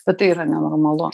bet tai yra nenormalu